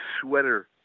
sweater